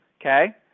Okay